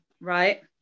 right